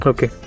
Okay